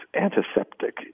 antiseptic